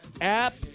app